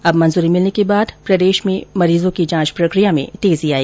अब मंजूरी मिलने के बाद प्रदेश में मरीजों की जांच प्रक्रिया में तेजी आई